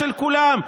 של כולם,